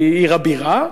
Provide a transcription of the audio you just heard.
כי היא עיר הבירה,